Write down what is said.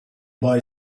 boy